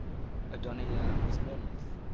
adonijah was monmouth.